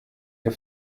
der